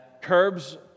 curbs